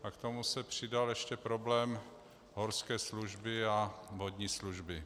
K tomu se přidal ještě problém horské služby a vodní služby.